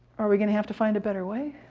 are we going to have to find a better way,